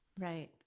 Right